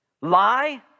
Lie